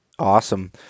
Awesome